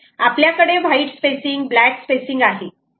आपल्याकडे white spacing black spacing आहे